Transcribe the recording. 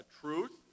truth